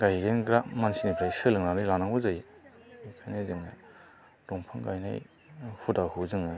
गायजेनग्रा मानसिनिफ्राय सोलोंना लानांगौ जायो ओंखायनो जोङो दंफां गायनाय हुदाखौ जोङो